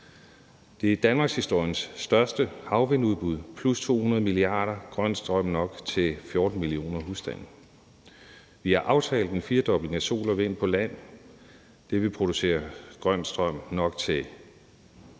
– er danmarkshistoriens største havvindudbud, plus 200 milliarder, grøn strøm nok til 14 millioner husstande. Vi har aftalt en firedobling af sol og vind på land. Det vil producere grøn strøm nok til